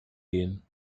gehen